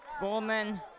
Goldman